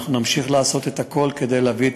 אנחנו נמשיך לעשות את הכול כדי להביא את